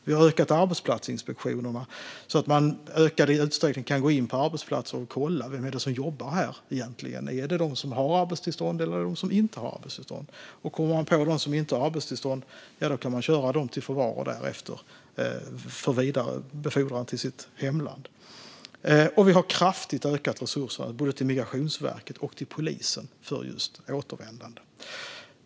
Vi har ökat arbetsplatsinspektionerna, så att man i ökad utsträckning kan gå in på arbetsplatser och kolla vem det egentligen är som jobbar där - är det personer med arbetstillstånd eller personer utan arbetstillstånd? Kommer man på personer som inte har arbetstillstånd kan man därefter köra dem till förvar för vidare befordran till deras hemländer. Vi har också kraftigt ökat resurserna både till Migrationsverket och till polisen för just återvändande.